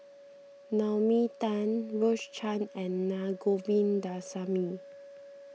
Naomi Tan Rose Chan and Na Govindasamy